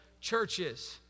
churches